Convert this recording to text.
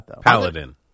Paladin